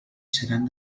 seran